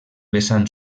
vessant